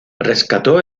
rescató